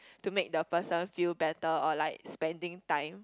to make the person feel better or like spending time